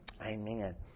Amen